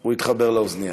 הוא יתחבר לאוזנייה.